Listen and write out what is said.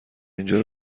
اینجا